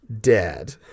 dead